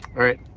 alright.